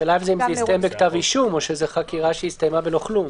השאלה אם זה הסתיים בכתב אישום או שזו חקירה שהסתיימה בלא כלום.